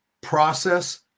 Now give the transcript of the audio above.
process